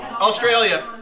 Australia